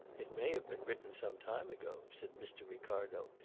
it may have been written some time ago, said mr. ricardo,